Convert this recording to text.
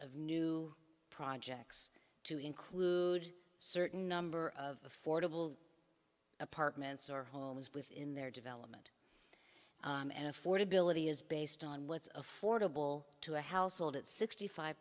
of new projects to include certain number of fordable apartments or homes within their development and affordability is based on what's affordable to a household at sixty five